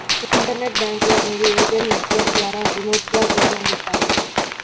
internet బ్యాంకులు అనేవి agent network ద్వారా రిమోట్గా సేవలనందిస్తాయి